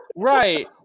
Right